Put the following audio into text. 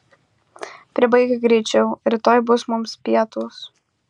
pribaik greičiau rytoj bus mums pietūs